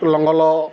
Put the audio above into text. ଲଙ୍ଗଲ